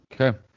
Okay